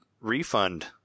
refund